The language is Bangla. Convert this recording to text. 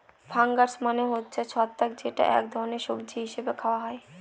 ফাঙ্গাস মানে হচ্ছে ছত্রাক যেটা এক ধরনের সবজি হিসেবে খাওয়া হয়